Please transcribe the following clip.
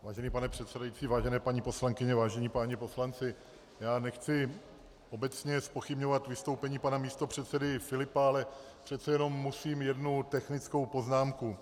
Vážený pane předsedající, vážené paní poslankyně, vážení páni poslanci, nechci obecně zpochybňovat vystoupení pana místopředsedy Filipa, ale přece jenom musím jednu technickou poznámku.